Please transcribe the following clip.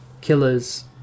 killers